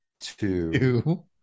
two